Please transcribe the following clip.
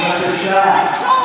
בבקשה.